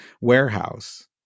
warehouse